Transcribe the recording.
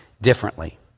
differently